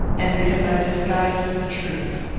and because i disguised the truth.